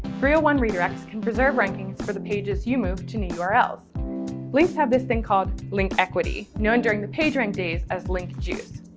one redirects can preserve rankings for the pages you move to new urls. links have this thing called link equity, known during the pagerank days as link juice.